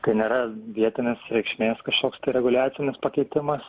tai nėra vietinės reikšmės kažkoks tai reguliacinis pakeitimas